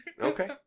Okay